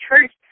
church